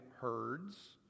herds